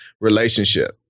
relationship